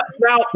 Now